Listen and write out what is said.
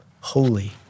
holy